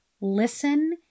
listen